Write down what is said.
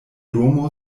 domo